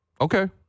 Okay